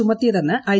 ചുമത്തിയതെന്ന് I